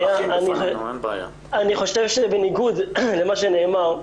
אני חושב שבניגוד למה שנאמר,